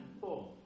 four